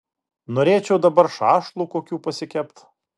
norėčiau dabar šašlų kokių pasikept